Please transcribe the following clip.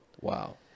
wow